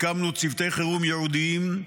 הקמנו צוותי חירום ייעודיים,